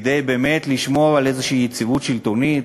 כדי באמת לשמור על איזושהי יציבות שלטונית,